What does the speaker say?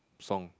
song